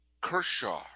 Kershaw